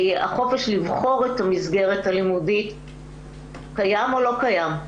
כי החופש לבחור את המסגרת הלימודית קיים או לא קיים?